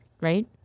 right